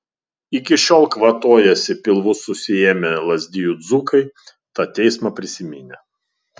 iki šiol kvatojasi pilvus susiėmę lazdijų dzūkai tą teismą prisiminę